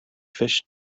fish